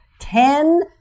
ten